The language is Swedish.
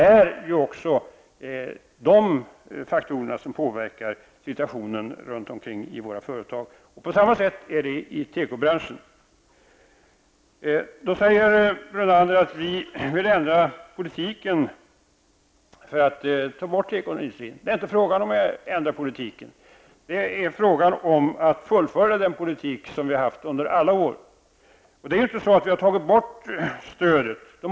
Även dessa faktorer påverkar således situationen för företagen runt om i vårt land. På samma sätt förhåller det sig till tekobranschen. Lennart Brunander säger att vi vill ändra på politiken så, att tekoindustrin försvinner. Men det är inte fråga om att ändra politiken, utan det är fråga om att fullfölja den politik som vi har haft under alla år. Det är ju inte så att vi har tagit bort stödet i fråga.